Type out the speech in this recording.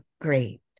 great